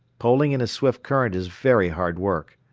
poling in a swift current is very hard work.